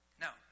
Now